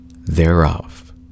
thereof